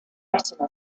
retina